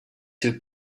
two